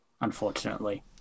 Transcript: unfortunately